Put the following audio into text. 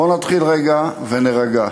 בואו נתחיל רגע ונירגע.